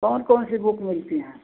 कौन कौन सी बुक मिलती हैं